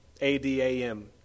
A-D-A-M